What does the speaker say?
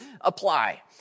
apply